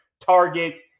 target